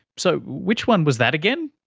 so which one was that again?